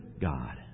God